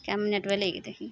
कए मिनट